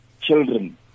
children